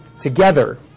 Together